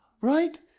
right